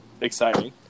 exciting